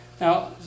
Now